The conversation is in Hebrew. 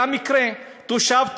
היה מקרה: תושב טייבה,